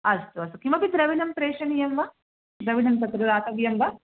अस्तु अस्तु किमपि त्रविनं प्रेषणीयं वा दविणं तत्र दातव्यं वा